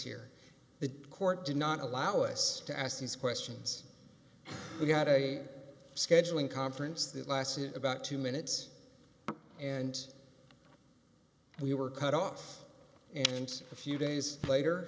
here the court did not allow us to ask these questions and we got a scheduling conference that lasted about two minutes and we were cut off and a few days later